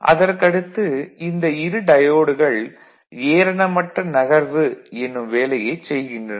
அதற்கடுத்து இந்த இரு டயோடுகள் ஏரணமட்ட நகர்வு எனும் வேலையைச் செய்கின்றன